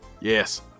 Yes